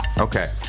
Okay